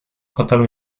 hotelu